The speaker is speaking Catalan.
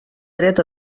dret